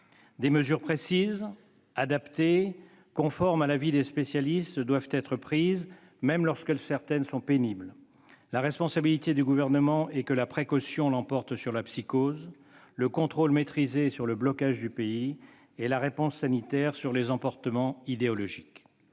Des mesures précises, adaptées, conformes à l'avis des spécialistes, doivent être prises, même lorsque certaines d'entre elles sont pénibles. La responsabilité du Gouvernement est que la précaution l'emporte sur la psychose, le contrôle maîtrisé sur le blocage du pays et la réponse sanitaire sur les emportements idéologiques.